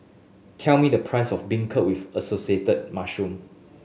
tell me the price of Beancurd with Assorted Mushrooms